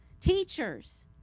teachers